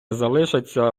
залишаться